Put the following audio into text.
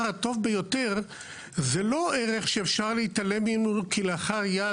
הטוב ביותר זה לא ערך שאפשר להתעלם ממנו כלאחר יד,